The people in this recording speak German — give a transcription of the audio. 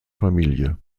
familie